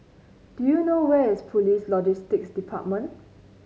do you know where is Police Logistics Department